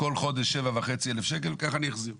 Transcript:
כל חודש 7,500 שקלים, כך אני אחזיר.